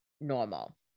normal